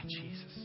Jesus